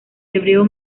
hebreo